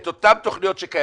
את אותן תוכניות שקיימות,